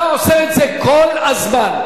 אתה עושה את זה כל הזמן.